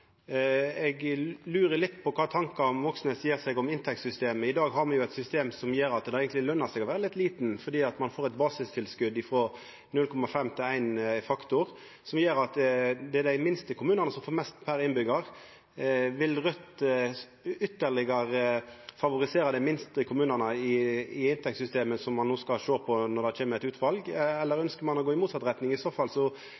Eg lurer litt på kva tankar Moxnes gjer seg om inntektssystemet. I dag har me eit system som gjer at det eigentleg løner seg å vera litt liten, fordi ein får eit basistilskot frå 0,5 til 1 faktor, som gjer at det er dei minste kommunane som får mest per innbyggjar. Vil Raudt ytterlegare favorisera dei minste kommunane i inntektssystemet som ein no skal sjå på når det kjem eit utval, eller ønskjer ein å gå i motsett retning? I så